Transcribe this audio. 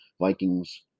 Vikings